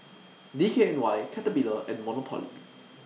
D K N Y Caterpillar and Monopoly